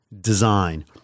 design